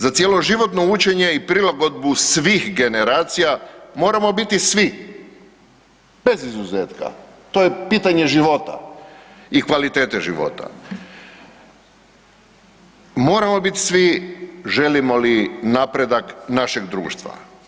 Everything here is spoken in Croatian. Za cjeloživotno učenje i prilagodbu svih generacija moramo biti svi bez izuzetka, to je pitanje života i kvalitete života, moramo biti svi želimo li napredak našeg društva.